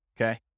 Okay